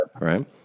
right